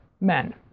men